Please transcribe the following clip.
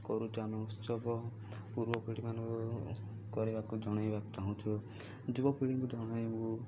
କରୁଛୁ ଆମେ ଉତ୍ସବ ପୂର୍ବ ପିଢ଼ି ମାନଙ୍କୁ କରିବାକୁ ଜଣାଇବାକୁ ଚାହୁଁଛୁ ଯୁବପିଢ଼ିଙ୍କୁ ଜଣାଇବୁ